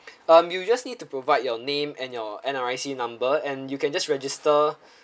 um you just need to provide your name and your N_R_I_C number and you can just register